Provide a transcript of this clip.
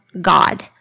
God